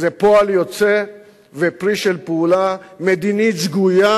וזה פועל יוצא ופרי של פעולה מדינית שגויה